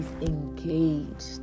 engaged